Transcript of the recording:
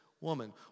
woman